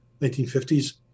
1950s